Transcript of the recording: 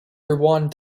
rewind